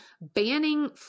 banning